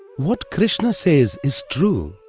what krishna says is true.